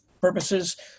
purposes